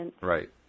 right